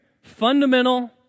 fundamental